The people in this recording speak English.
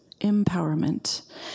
empowerment